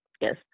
Yes